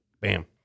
bam